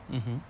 mmhmm